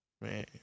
Man